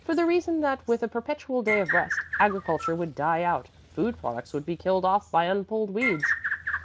for the reason that with a perpetual day of rest agriculture would die out, food products would be killed off by unpulled weeds